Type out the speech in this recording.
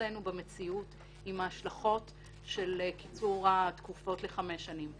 שהתנסינו במציאות עם ההשלכות לש קיצור התקופות לחמש שנים.